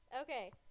Okay